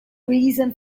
reason